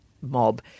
mob